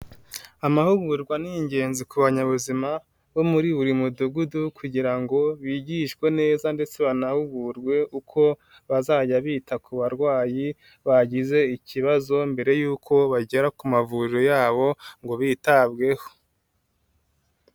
Amahugurwa ni ingenzi ku banyabuzima, bo muri buri mudugudu kugira ngo bigishwe neza ndetse banahugurwe uko, bazajya bita ku barwayi bagize ikibazo mbere y'uko bagera ku mavuriro yabo, ngo bitabweho.